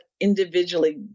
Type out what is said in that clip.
individually